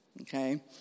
Okay